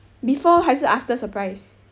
before 还是 after surprise